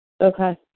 Okay